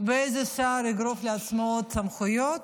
איזה שר יגרוף לעצמו עוד סמכויות,